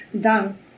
done